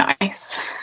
nice